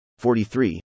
43